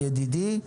ידידי,